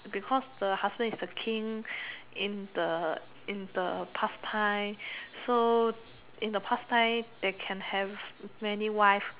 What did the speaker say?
because the husband is the King in the in the past time so in the past time they can have many wife